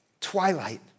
twilight